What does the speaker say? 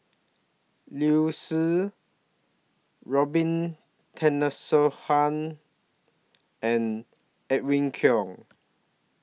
Liu Si Robin Tessensohn and Edwin Koek